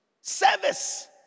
Service